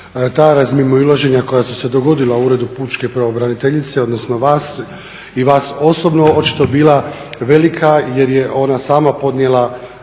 ta razmimoilaženja koja su se dogodila u Uredu pučke pravobraniteljice odnosno vas l vas osobno očito bila velika jer je ona sama podnijela